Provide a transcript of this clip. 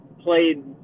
played